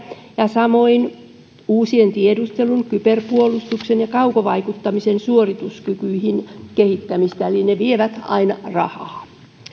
ja samoin uusien tiedustelun kyberpuolustuksen ja kaukovaikuttamisen suorituskykyjen kehittämistä eli ne vievät aina rahaa